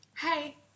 hey